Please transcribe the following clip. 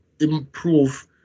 improve